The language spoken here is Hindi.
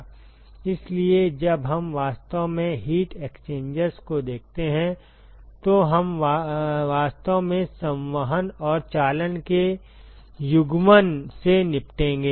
इसलिए जब हम वास्तव में हीट एक्सचेंजर्स को देखते हैं तो हम वास्तव में संवहन और चालन के युग्मन से निपटेंगे